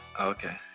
okay